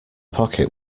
pocket